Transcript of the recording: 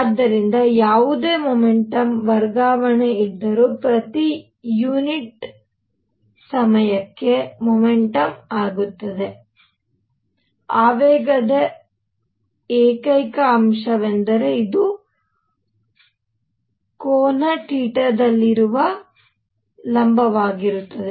ಆದ್ದರಿಂದ ಯಾವುದೇ ಮೊಮೆಂಟಮ್ ವರ್ಗಾವಣೆ ಇದ್ದರೂ ಪ್ರತಿ ಯೂನಿಟ್ ಸಮಯಕ್ಕೆ ಮೊಮೆಂಟಮ್ ಆಗುತ್ತದೆ ಆವೇಗದ ಏಕೈಕ ಅಂಶವೆಂದರೆ ಇದು ಕೋನ ಥೀಟಾದಲ್ಲಿರುವ ಲಂಬವಾಗಿರುತ್ತದೆ